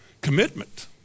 commitment